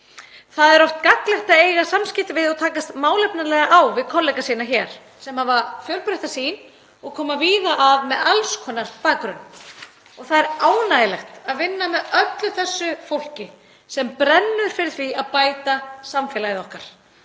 Það er oft gagnlegt að eiga samskipti við og takast málefnalega á við kollega sína hér sem hafa fjölbreytta sýn og koma víða að með alls konar bakgrunn. Það er ánægjulegt að vinna með öllu þessu fólki sem brennur fyrir því að bæta samfélagið okkar